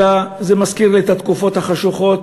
אלא, זה מזכיר לי את התקופות החשוכות